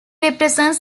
represents